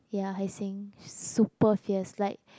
ya he's saying super fierce like